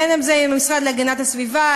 בין אם זה המשרד להגנת הסביבה,